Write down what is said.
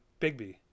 bigby